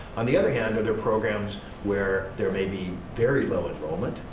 on the other hand, are there programs where there may be very low enrollment,